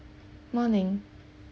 morning